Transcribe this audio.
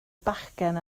bachgen